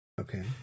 Okay